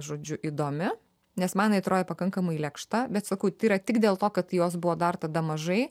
žodžiu įdomi nes man jinai atrodė pakankamai lėkšta bet sakau tai yra tik dėl to kad jos buvo dar tada mažai